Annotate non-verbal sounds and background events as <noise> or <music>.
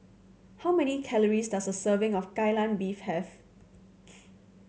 how many calories does a serving of Kai Lan Beef have <noise>